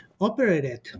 operated